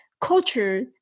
culture